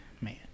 man